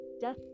death